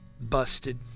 busted